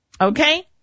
Okay